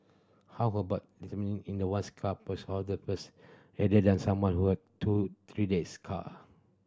how about in the once cup the first than some who are two three days car